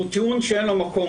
הוא טיעון שאין לו מקום,